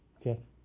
okay